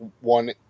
one